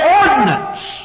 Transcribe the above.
ordinance